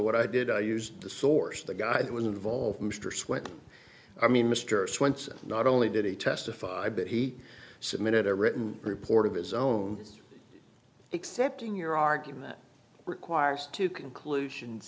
what i did i used the source the guy that was involved mr swift i mean mr swenson not only did he testified that he submitted a written report of his own is accepting your argument requires two conclusions